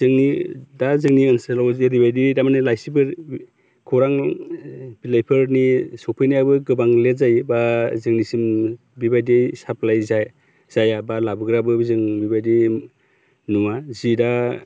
जोंनि दा जोंनि ओनसोलाव जेरैबायदि थारमाने लाइसिफोर खौरां बिलाइफोरनि सफैनायाबो गोबां लेट जायो एबा जोंनिसिम बिबायदि साप्लाइ जाया एबा लाबोग्राबो जों बिबायदि नुवा जि दा